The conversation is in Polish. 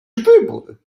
wybór